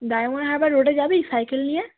diamond Harbour রোডে যাবি cycle নিয়ে